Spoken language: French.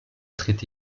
traité